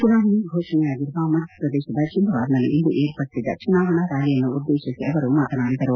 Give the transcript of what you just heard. ಚುನಾವಣೆ ಘೋಷಣೆಯಾಗಿರುವ ಮಧ್ಯಪ್ರದೇಶದ ಚಿಂದ್ವಾರದಲ್ಲಿ ಇಂದು ಏರ್ಪಡಿಸಿದ್ದ ಚುನಾವಣಾ ರ್ಡಾಲಿಯನ್ನು ಉದ್ದೇಶಿಸಿ ಅವರು ಮಾತನಾಡಿದರು